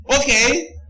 Okay